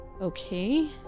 Okay